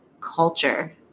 culture